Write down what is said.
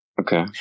Okay